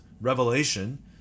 revelation